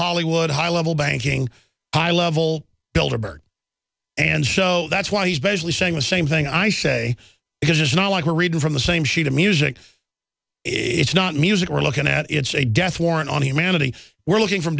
hollywood high level banking high level and so that's why he's basically saying the same thing i say because it's not like we're reading from the same sheet of music it's not music we're looking at it's a death warrant on humanity we're looking from